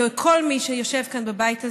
כל מי שיושב כאן בבית הזה,